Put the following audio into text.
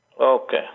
Okay